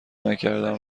نکردم